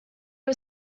are